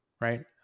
right